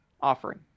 offering